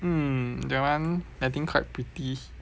mm that [one] I think quite pretty